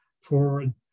forward